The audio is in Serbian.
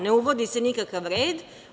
Ne uvodi se nikakav red.